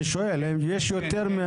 אני שואל אם יש יותר,